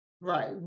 Right